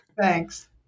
Thanks